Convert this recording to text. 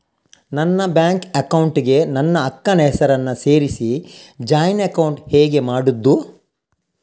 ನನ್ನ bank account ಗೆ ನನ್ನ ಅಕ್ಕ ನ ಹೆಸರನ್ನ ಸೇರಿಸಿ ಜಾಯಿನ್ ಅಕೌಂಟ್ ಹೇಗೆ ಮಾಡುದು?